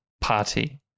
party